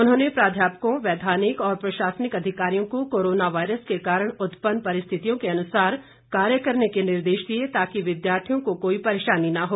उन्होंने प्राध्यापकों वैधानिक और प्रशासनिक अधिकारियों को कोरोना वायरस के कारण उत्पन्न परिस्थितियों के अनुसार कार्य करने के निर्देश दिए ताकि विद्यार्थियों को कोई परेशानी न हो